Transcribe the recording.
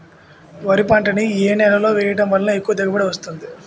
వరి పంట ని ఏ నేలలో వేయటం వలన ఎక్కువ దిగుబడి వస్తుంది?